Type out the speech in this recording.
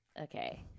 okay